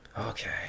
okay